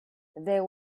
there